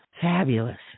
fabulous